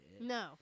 No